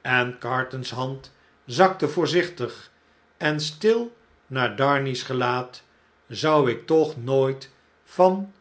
en carton's hand zakte voorzichtig en stil naar darnay's gelaat zou ik toch nooit van